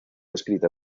escrita